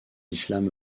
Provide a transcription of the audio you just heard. islam